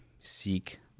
seek